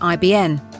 IBN